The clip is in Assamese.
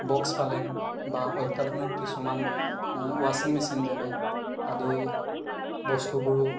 বক্স পালেং বা অত্যাধুনিক কিছুমান ৱাছিং মেচিন যেনে আদি বস্তুবোৰো